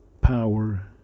Power